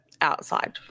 outside